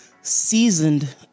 seasoned